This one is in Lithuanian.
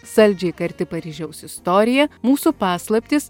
saldžiai karti paryžiaus istorija mūsų paslaptys